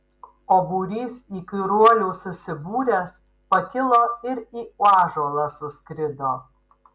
o būrys įkyruolių susibūręs pakilo ir į ąžuolą suskrido